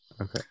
okay